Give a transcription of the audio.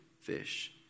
fish